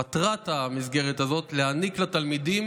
מטרת המסגרת הזאת להעניק לתלמידים